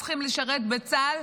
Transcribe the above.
צריכים לשרת בצה"ל.